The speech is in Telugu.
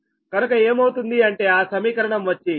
కనుక ఏమవుతుంది అంటే ఆ సమీకరణం వచ్చి Van1 Van ∆Vbc